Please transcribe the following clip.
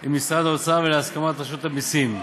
עם משרד האוצר ולהסכמת רשות המסים.